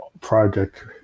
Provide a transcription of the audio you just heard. Project